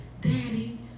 daddy